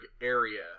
area